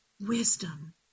wisdom